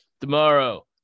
Tomorrow